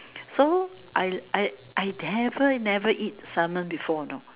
so I I never never eat Salmon before you know